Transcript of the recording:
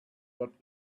not